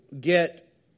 get